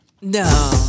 No